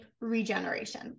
regeneration